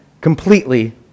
completely